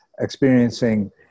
experiencing